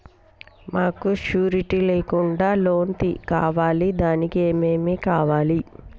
మాకు షూరిటీ లేకుండా లోన్ కావాలి దానికి ఏమేమి కావాలి?